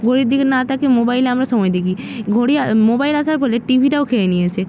ঘড়ির দিকে না তাকিয়ে মোবাইলে আমরা সময় দেখি ঘড়ি মোবাইল আসার ফলে টি ভিটাও খেয়ে নিয়েছে